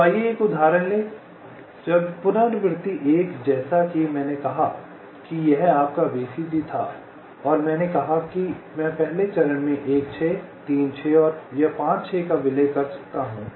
तो आइए एक उदाहरण लें जब पुनरावृत्ति 1 जैसा कि मैंने कहा है कि यह आपका VCG था और मैंने कहा कि मैं पहले चरण में 1 6 3 6 या 5 6 का विलय कर सकता हूं